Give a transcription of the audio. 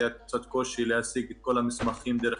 היה קצת קושי להשיג את כל המסמכים דרך